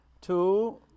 two